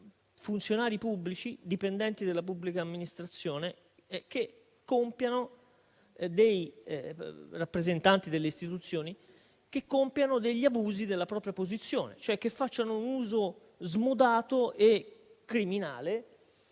funzionari pubblici, dipendenti della pubblica amministrazione o rappresentanti delle istituzioni che compiano degli abusi della propria posizione, cioè che facciano un uso smodato e criminale,